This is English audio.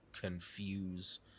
confuse